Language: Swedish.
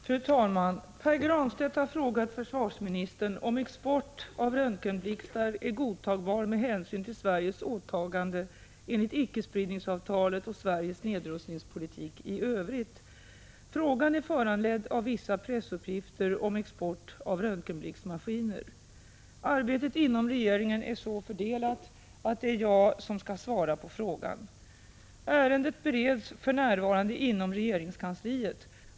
Fru talman! Pär Granstedt har frågat försvarsministern om export av röntgenblixtmaskiner är godtagbar med hänsyn till Sveriges åtagande enligt icke-spridningsavtalet och Sveriges nedrustningspolitik i övrigt. Frågan är | föranledd av vissa pressuppgifter om export av röntgenblixtmaskiner. Prot. 1985/86:142 Arbetet inom regeringen är så fördelat att det är jag som skall svara på 15 maj 1986 | frågan.